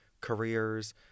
careers